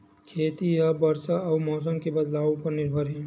खेती हा बरसा अउ मौसम के बदलाव उपर निर्भर हे